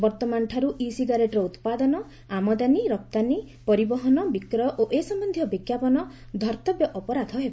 ବର୍ତ୍ତମାନଠାର୍ ଉତ୍ପାଦନ ଆମଦାନୀ ରପ୍ତାନୀ ପରିବହନ ବିକ୍ରୟ ଓ ଏ ସମ୍ଭନ୍ଧୀୟ ବିଜ୍ଞାପନ ଧର୍ଭବ୍ୟ ଅପରାଧ ହେବ